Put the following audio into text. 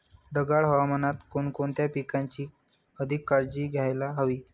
ढगाळ हवामानात कोणकोणत्या पिकांची अधिक काळजी घ्यायला हवी?